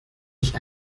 ich